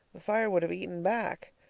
the fire would have eaten back.